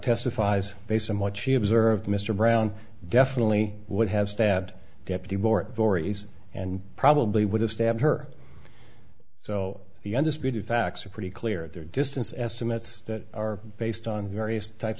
testifies based on what she observed mr brown definitely would have stabbed deputy bort borys and probably would have stabbed her so the undisputed facts are pretty clear at their distance estimates that are based on various types